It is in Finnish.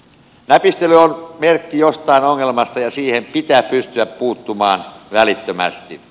näpistely on merkki jostain ongelmasta ja siihen pitää pystyä puuttumaan välittömästi